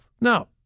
Now